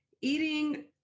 eating